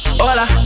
Hola